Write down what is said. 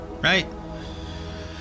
Right